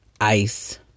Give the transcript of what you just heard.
ice